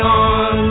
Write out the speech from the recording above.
on